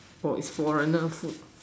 for is foreigner food